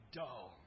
dull